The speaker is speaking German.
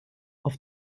auf